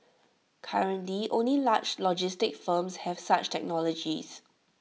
currently only large logistics firms have such technologies